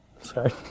Sorry